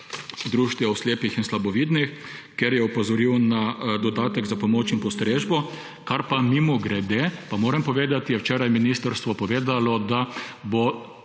društev slepih in slabovidnih, kjer je opozoril na dodatek za pomoč in postrežbo, glede česar pa – mimogrede, pa moram povedati – je včeraj ministrstvo povedalo, da bo